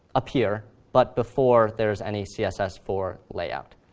appear, but before there is any css for layout.